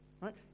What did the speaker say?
right